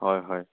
হয় হয়